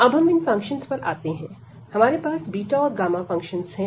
अब हम इन फंक्शंस पर आते हैं हमारे पास बीटा और गामा फंक्शंस है